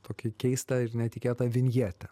tokį keistą ir netikėtą vinjetę